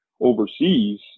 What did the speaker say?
overseas